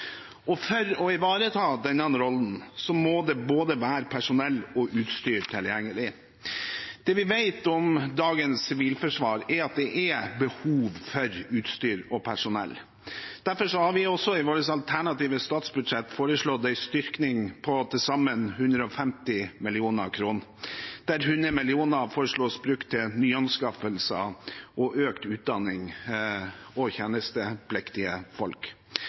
For å ivareta denne rollen må det være både personell og utstyr tilgjengelig. Det vi vet om dagens sivilforsvar, er at det er behov for utstyr og personell. Derfor har vi i vårt alternative statsbudsjett foreslått en styrking på til sammen 150 mill. kr, hvorav 100 mill. kr foreslås brukt til nyanskaffelser, økt utdanning og tjenestepliktige folk.